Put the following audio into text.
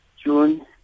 June